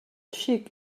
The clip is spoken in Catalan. xic